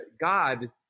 God